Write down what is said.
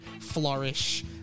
flourish